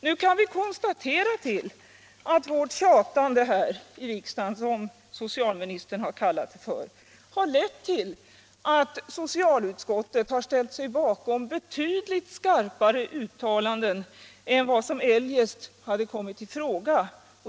Nu kan vi konstatera att vårt ”tjatande” här i riksdagen — som socialministern kallade det — har lett till att socialutskottet har ställt sig bakom betydligt skarpare uttalanden än som eljest hade kommit i fråga.